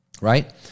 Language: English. right